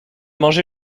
mangé